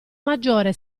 maggiore